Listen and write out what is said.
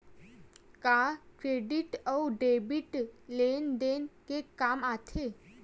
का क्रेडिट अउ डेबिट लेन देन के काम आथे?